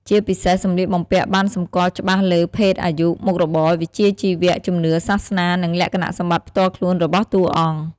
ជាពិសេសសម្លៀកបំំពាក់បានសម្គាល់ច្បាស់លើ ភេទ អាយុ មុខរបរ វិជ្ជាជីវៈ ជំនឿសាសនា និងលក្ខណៈសម្បត្តិផ្ទាល់ខ្លួនរបស់តួអង្គ ។